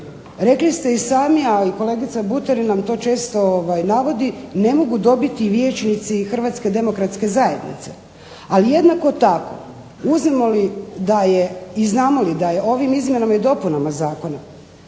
rekli ste i sami, a i kolegica Buterin nam to često navodi, ne mogu dobiti vijećnici Hrvatske demokratske zajednice, a jednako tako uzmemo li da je i znamo li da je ovim izmjenama i dopunama zakona,